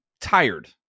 tired